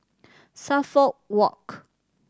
Suffolk Walk